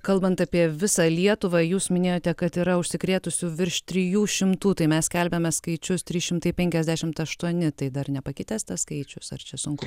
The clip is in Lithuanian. kalbant apie visą lietuvą jūs minėjote kad yra užsikrėtusių virš trijų šimtų tai mes skelbiame skaičius trys šimtai penkiasdešimt aštuoni tai dar nepakitęs tas skaičius ar čia sunku